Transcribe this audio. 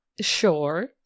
Sure